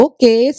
Okay